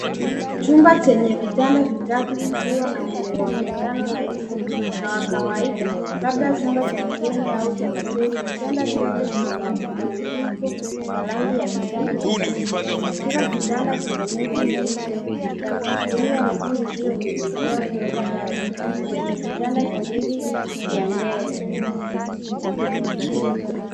Chumba chenye vitanda vitatu kikiwa na mwonekano rahisi na wa kawaida, labda chumba cha wageni au hosteli. Vitanda vyote vina matandiko ya rangi ya kijani kibichi. Kila kitanda kina neti nyeupe ya kuzuia mbu iliyoning'inia kutoka dari kwenye vitanda viwili vya mbele.